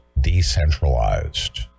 decentralized